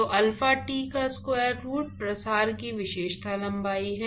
तो alpha T का square root प्रसार की विशेषता लंबाई है